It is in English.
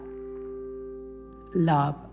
love